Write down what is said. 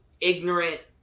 ignorant